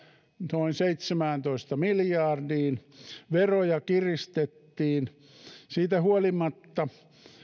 noin seitsemääntoista miljardiin veroja kiristettiin siitä huolimatta